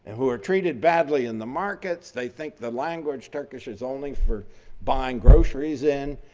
who are treated badly in the markets. they think the language turkish is only for buying groceries in.